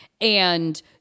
and-